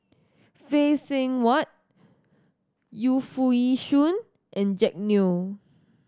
Phay Seng Whatt Yu Foo Yee Shoon and Jack Neo